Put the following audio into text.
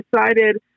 decided